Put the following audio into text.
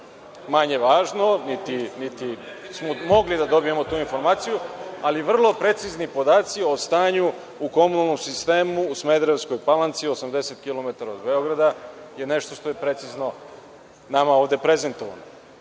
manje važno, niti smo mogli da dobijemo tu informaciju, ali vrlo precizni podaci o stanju u komunalnom sistemu u Smederevskoj Palanci, 80 kilometara od Beograda, je nešto što je precizno nama ovde prezentovano.